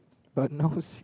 but no seat